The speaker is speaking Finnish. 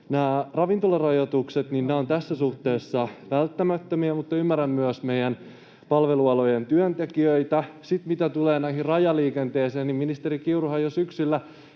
Nämä ravintolarajoitukset ovat tässä suhteessa välttämättömiä, mutta ymmärrän myös meidän palvelualojen työntekijöitä. Sitten mitä tulee rajaliikenteeseen, niin ministeri Kiuruhan jo syksyllä